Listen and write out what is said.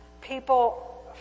people